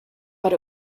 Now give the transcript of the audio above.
but